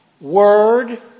word